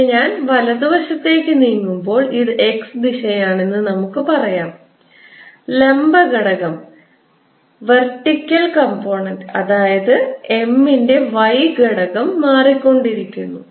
പിന്നെ ഞാൻ വലതു വശത്തേക്ക് നീങ്ങുമ്പോൾ ഇത് X ദിശയാണെന്ന് നമുക്ക് പറയാം ലംബ ഘടകം അതായത് M ന്റെ Y ഘടകം മാറിക്കൊണ്ടിരിക്കുന്നു